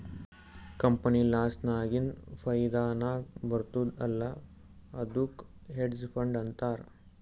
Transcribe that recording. company loss ನಾಗಿಂದ್ ಫೈದಾ ನಾಗ್ ಬರ್ತುದ್ ಅಲ್ಲಾ ಅದ್ದುಕ್ ಹೆಡ್ಜ್ ಫಂಡ್ ಅಂತಾರ್